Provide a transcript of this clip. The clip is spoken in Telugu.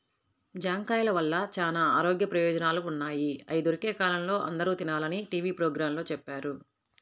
జాంకాయల వల్ల చానా ఆరోగ్య ప్రయోజనాలు ఉన్నయ్, అయ్యి దొరికే కాలంలో అందరూ తినాలని టీవీ పోగ్రాంలో చెప్పారు